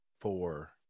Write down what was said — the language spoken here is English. four